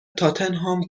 تاتنهام